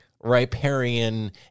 riparian